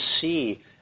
see